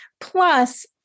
Plus